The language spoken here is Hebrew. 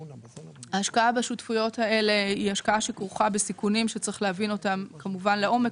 השקעה בשותפויות האלה היא השקעה שכרוכה בסיכונים שצריך להבין אותם לעומק